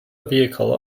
vehicle